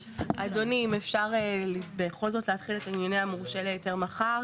אם אפשר בכל זאת להתחיל את ענייני המורשה להיתר מחר.